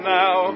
now